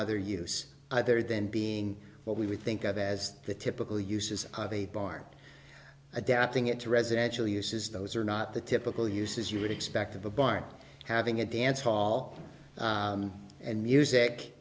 other use other than being what we think of as the typical uses of a barn adapting it to residential uses those are not the typical uses you would expect of a barn having a dance hall and music